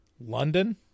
London